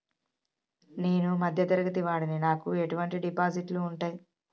నేను మధ్య తరగతి వాడిని నాకు ఎటువంటి డిపాజిట్లు ఉంటయ్?